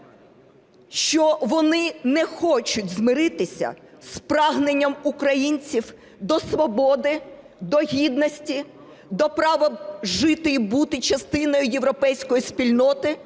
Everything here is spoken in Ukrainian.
що вони не хочуть змиритися з прагненням українців до свободи, до гідності, до права жити і бути частиною європейської спільноти,